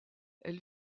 elle